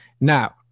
Now